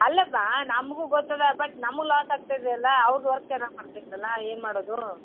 ಅಲ್ಲಮ್ಮ ನಮಗೂ ಗೊತ್ತಿದೆ ಬಟ್ ನಮ್ಗೆ ಲಾಸ್ ಆಗ್ತದಲ್ಲ ಅವರು ವರ್ಕ್ ಚೆನ್ನಾಗಿ ಮಾಡ್ತಿಲ್ಲ ಅಲ್ಲ ಏನು ಮಾಡೋದು